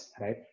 right